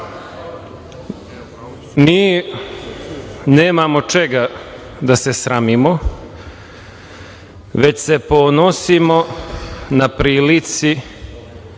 Mi nemamo čega da se sramimo, već se ponosimo na prilici